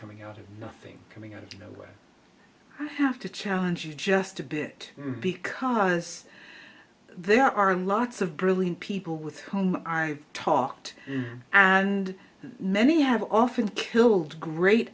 coming out of nothing coming out of nowhere i have to challenge you just a bit because there are lots of brilliant people with whom i talked and many have often killed great